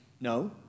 No